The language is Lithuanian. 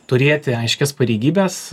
turėti aiškias pareigybes